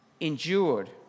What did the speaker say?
endured